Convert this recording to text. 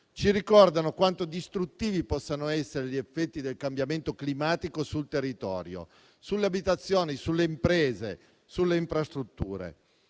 ci ricordano quanto distruttivi possano essere gli effetti del cambiamento climatico sul territorio, sulle abitazioni, sulle imprese, sulle infrastrutture.